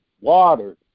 watered